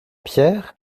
pierre